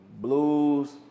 blues